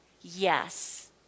Yes